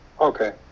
Okay